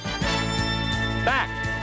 Back